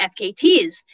FKTs